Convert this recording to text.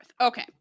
Okay